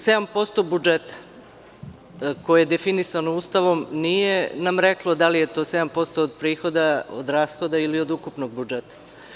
Sedam posto budžeta, koje je definisano Ustavom, nije nam reklo da li je to 7% od prihoda, od rashoda ili od ukupnog budžeta.